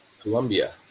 Colombia